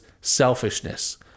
selfishness